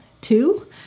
Two